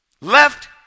left